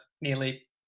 nearly